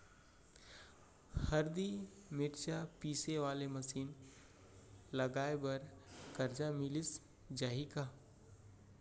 हरदी, मिरचा पीसे वाले मशीन लगाए बर करजा मिलिस जाही का?